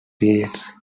periods